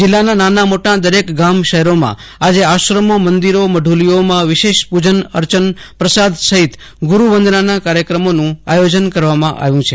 જિલ્લાના નાના મોટા દરેક ગામ શહેરોમાં આજે આશ્રમો મંદિરો મહુલીઓમાં વિશેષ પૂજન અર્ચન પ્રસાદ સહિત ગુરૂવંદનાના કાર્યક્રમોનું આયોજન કરવામાં આવ્યું છે